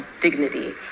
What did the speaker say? dignity